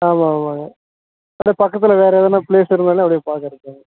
ஆமாம் ஆமாங்க அதான் பக்கத்தில் வேற எதுனா பிளேஸ் இருந்தாலும் அப்படியே பார்க்க இருக்கேங்க